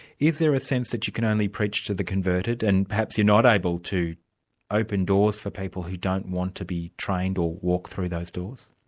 is there a sense that you can only preach to the converted, and perhaps you're not able to open doors for people who don't want to be trained or walk through those doors?